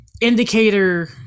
indicator